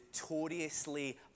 notoriously